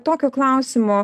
tokio klausimo